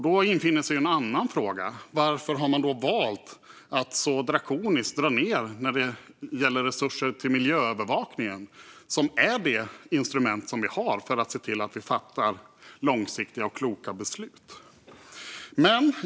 Då infinner sig en annan fråga: Varför har man valt att så drakoniskt dra ned på resurserna till miljöövervakningen, som är det instrument vi har för att se till att det fattas långsiktiga och kloka beslut?